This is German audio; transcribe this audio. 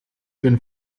wenn